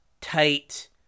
tight